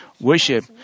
worship